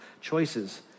choices